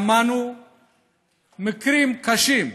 שמענו מקרים קשים,